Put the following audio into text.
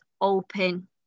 open